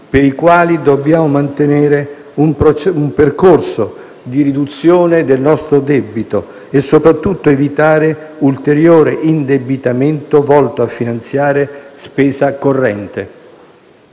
per i quali dobbiamo mantenere un percorso di riduzione del nostro debito e soprattutto evitare ulteriore indebitamento volto a finanziare spesa corrente: